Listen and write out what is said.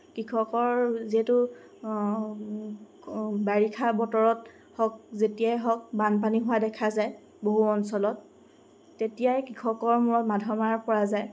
কৃষকৰ যিহেতু বাৰিষা বতৰত হওক যেতিয়াই হওক বানপানী হোৱা দেখা যায় বহু অঞ্চলত তেতিয়াই কৃষকৰ মূৰত মাধমাৰ পৰা যায়